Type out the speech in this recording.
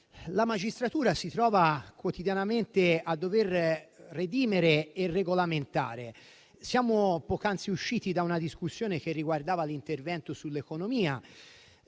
la magistratura si trova quotidianamente a dover dirimere e regolamentare. Siamo poc'anzi usciti da una discussione che riguardava l'intervento sull'economia,